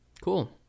Cool